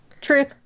Truth